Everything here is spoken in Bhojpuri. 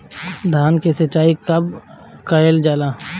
धान के सिचाई कब कब कएल जाला?